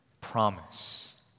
promise